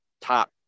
top